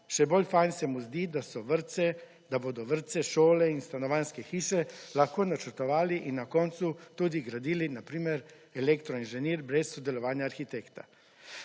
Še bolj fajn se mu zdi, da bodo vrtce, šole in stanovanjske hiše lahko načrtovali in na koncu tudi gradili na primer elektroinženir brez sodelovanja arhitekta.